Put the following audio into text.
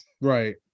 Right